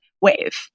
WAVE